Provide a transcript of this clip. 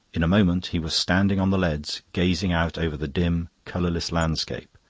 in a moment he was standing on the leads, gazing out over the dim, colourless landscape,